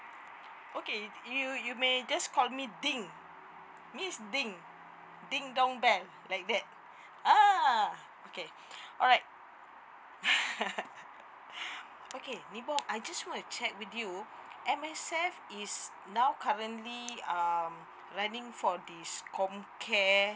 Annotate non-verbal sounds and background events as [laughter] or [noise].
okay you you may I just call me ding miss ding ding dong bell like that ah okay alright [laughs] okay nibong I just want to check with you M_S_F is now currently um running for this comcare